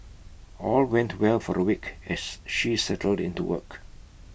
all went well for A week as she settled into work